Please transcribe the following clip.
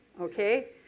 Okay